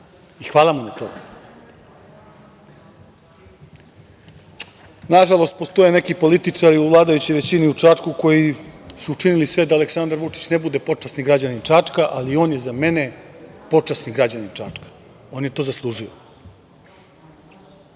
Hvala mu na tome. Nažalost, postoje neki političari u vladajućoj većini u Čačku koji su učinili sve da Aleksandar Vučić ne bude počasni građanin Čačka, ali on je za mene počasni građanin Čačka. On je to zaslužio. Sve